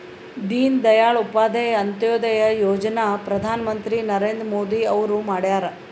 ದೀನ ದಯಾಳ್ ಉಪಾಧ್ಯಾಯ ಅಂತ್ಯೋದಯ ಯೋಜನಾ ಪ್ರಧಾನ್ ಮಂತ್ರಿ ನರೇಂದ್ರ ಮೋದಿ ಅವ್ರು ಮಾಡ್ಯಾರ್